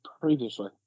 previously